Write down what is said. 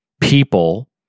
people